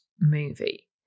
movie